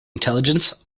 intelligence